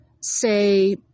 say